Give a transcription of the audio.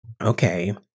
Okay